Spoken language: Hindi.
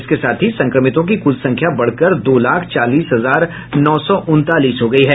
इसके साथ ही संक्रमितों की कुल संख्या बढ़कर दो लाख चालीस हजार नौ सौ उनतालीस हो गयी है